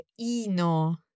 ino